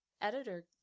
editor